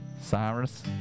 Cyrus